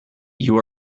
you